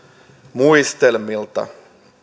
muistelmia